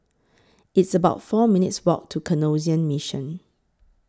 It's about four minutes' Walk to Canossian Mission